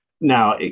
Now